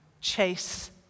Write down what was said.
chase